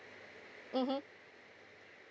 mmhmm